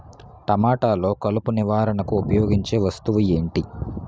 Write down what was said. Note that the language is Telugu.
టమాటాలో కలుపు నివారణకు ఉపయోగించే వస్తువు ఏంటి?